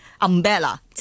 umbrella